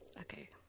Okay